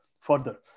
further